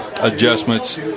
adjustments